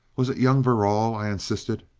was it young verrall? i insisted.